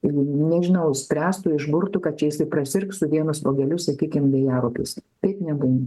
jeigu nežinau spręstų išburtų kad čia jisai prasirgs su vienu spuogeliu sakykim vėjaraupiais taip nebūna